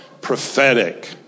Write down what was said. prophetic